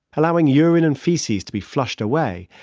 allowing urine and feces to be flushed away,